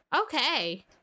Okay